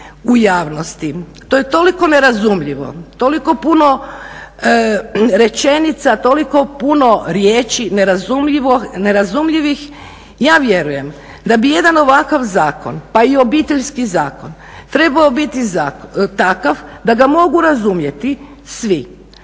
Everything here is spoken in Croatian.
u javnosti, to je toliko nerazumljivo, toliko puno rečenica, toliko puno riječi nerazumljivih, ja vjerujem da bi jedan ovakav zakon pa i Obiteljski zakon trebao biti takav da ga mogu razumjeti svi